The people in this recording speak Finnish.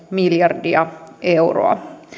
miljardia euroa